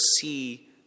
see